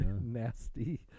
nasty